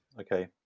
Okay